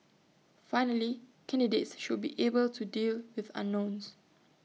finally candidates should be able to deal with unknowns